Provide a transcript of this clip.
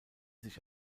sich